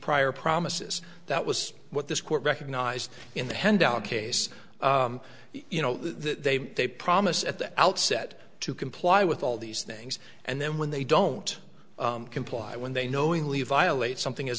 prior promises that was what this court recognized in the handout case you know they they promise at the outset to comply with all these things and then when they don't comply when they knowingly violate something as